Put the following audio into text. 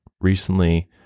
recently